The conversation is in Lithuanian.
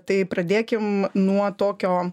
tai pradėkim nuo tokio